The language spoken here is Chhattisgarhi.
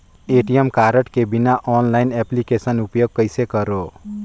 ए.टी.एम कारड के बिना ऑनलाइन एप्लिकेशन उपयोग कइसे करो?